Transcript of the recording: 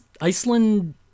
Iceland